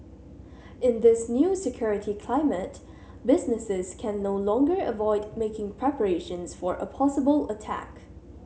in this new security climate businesses can no longer avoid making preparations for a possible attack